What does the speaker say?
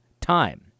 time